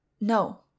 No